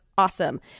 Awesome